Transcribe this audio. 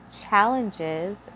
challenges